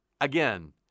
Again